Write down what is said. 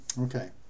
Okay